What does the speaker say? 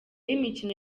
y’imikino